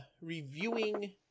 reviewing